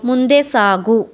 ಮುಂದೆ ಸಾಗು